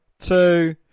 two